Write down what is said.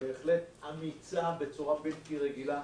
בהחלט אמיצה בצורה בלתי רגילה,